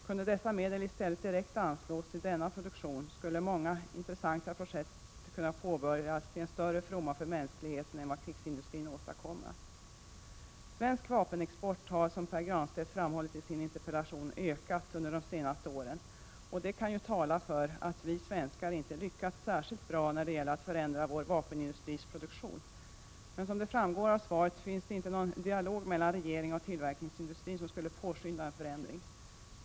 Kunde dessa medel i stället direkt anslås till denna produktion, skulle många intressanta projekt kunna påbörjas — mer till fromma för mänskligheten än det som krigsindustrin åstadkommer. Svensk vapenexport har som Pär Granstedt framhållit i sin interpellation ökat under de senaste åren, och det kan ju tala för att vi svenskar inte lyckats särskilt bra när det gäller att förändra vapenindustrins produktion. Men som framgår av svaret finns det inte någon dialog mellan regeringen och tillverkningsindustrin som skulle påskynda en förändring.